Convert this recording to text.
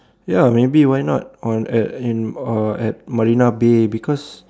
ya maybe why not or at in or at Marina-Bay because